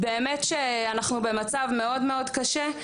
באמת שאנחנו במצב מאוד מאוד קשה,